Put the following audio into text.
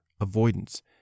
avoidance